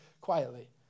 quietly